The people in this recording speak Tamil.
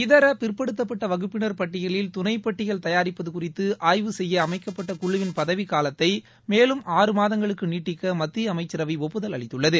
இதர பிற்படுத்தப்பட்ட வகுப்பினா் பட்டியலில் துணைப்பட்டியல் தயாரிப்பது குறித்து ஆய்வு செய்ய அமைக்கப்பட்ட குழுவின் பதவிக்காலத்தை மேலும் ஆறு மாதங்களுக்கு நீட்டிக்க மத்திய அமைச்சரவை ஒப்புதல் அளித்துள்ளது